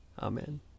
Amen